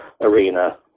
arena